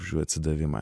už jų atsidavimą